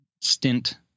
stint